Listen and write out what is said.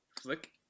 flick